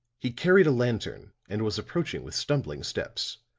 he carried a lantern and was approaching with stumbling steps,